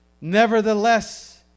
Nevertheless